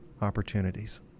opportunities